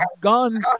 gone